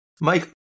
Mike